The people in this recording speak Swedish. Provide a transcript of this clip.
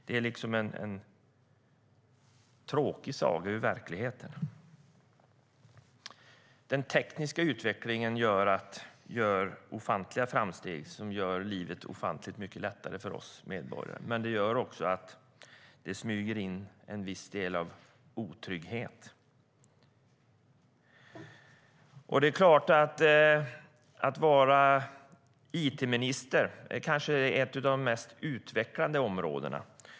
Det är en tråkig saga ur verkligheten. Den tekniska utvecklingen gör ofantliga framsteg som gör livet ofantligt mycket lättare för oss medborgare. Men den gör också att det smyger in en viss del av otrygghet. En it-minister har kanske ett av de mest utvecklande områdena.